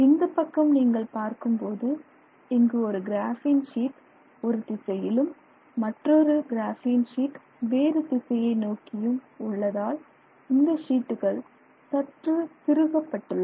இந்த பக்கம் நீங்கள் பார்க்கும்போது இங்கு ஒரு கிராபின் ஷீட் ஒரு திசையிலும் மற்றொரு கிராபின் ஷீட் வேறு திசையை நோக்கியும் உள்ளதால் இந்த ஷீட்டுகள் சற்று திருகப்பட்டுள்ளன